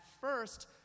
first